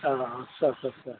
औ आस्सा आस्सा आस्सा